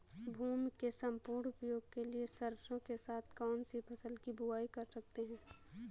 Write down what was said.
भूमि के सम्पूर्ण उपयोग के लिए सरसो के साथ कौन सी फसल की बुआई कर सकते हैं?